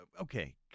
okay